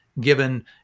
given